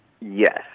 yes